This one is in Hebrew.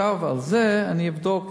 על זה אני אבדוק.